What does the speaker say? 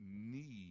need